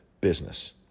business